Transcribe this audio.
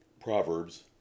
Proverbs